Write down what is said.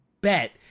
bet